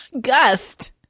Gust